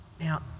Now